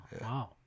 Wow